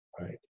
right